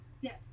Yes